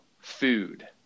Food